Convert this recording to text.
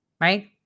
right